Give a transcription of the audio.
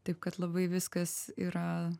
taip kad labai viskas yra